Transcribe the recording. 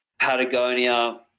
Patagonia